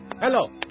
Hello